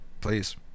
Please